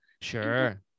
Sure